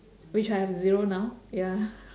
which I have zero now ya